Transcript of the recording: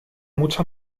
mucha